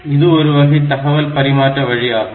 இது ஒரு வகை தகவல் பரிமாற்ற வழி ஆகும்